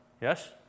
Yes